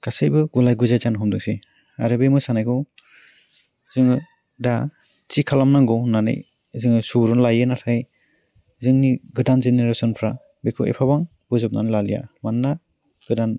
गासैबो गुलाय गुजाय जानो हमदोंसै आरो बे मोसानायखौ जोङो दा थि खालामनांगौ होन्नानै जोङो सुबुरुन लायो नाथाइ जोंनि गोदान जेनेरेसनफ्रा बेखौ एफाबां बोजबनानै लालिया मानोना गोदान